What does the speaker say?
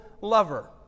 lover